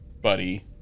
Buddy